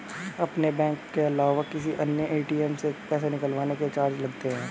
अपने बैंक के अलावा किसी अन्य ए.टी.एम से पैसे निकलवाने के चार्ज लगते हैं